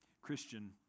Christian